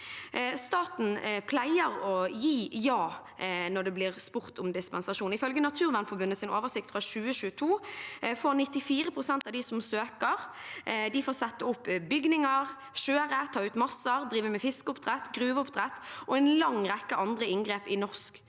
Staten pleier å si ja når det blir spurt om dispensasjon. Ifølge Naturvernforbundets oversikt fra 2022 får 94 pst. av dem som søker, sette opp bygninger, kjøre, ta ut masser, drive med fiskeoppdrett og gruvedrift og en lang rekke andre inngrep i norske